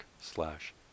slash